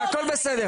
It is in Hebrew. הכול בסדר.